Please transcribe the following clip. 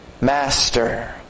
master